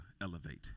elevate